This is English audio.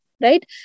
right